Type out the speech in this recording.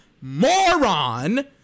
moron